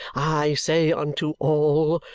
i say unto all,